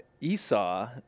Esau